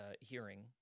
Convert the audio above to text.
hearing